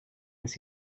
miss